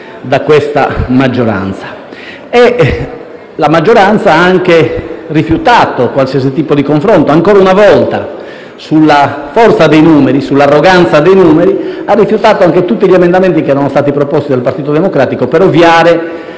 da questa maggioranza. La maggioranza ha anche rifiutato qualsiasi tipo di confronto: ancora una volta, sulla base della forza e dell'arroganza dei numeri, ha rifiutato tutti gli emendamenti proposti dal Partito Democratico per ovviare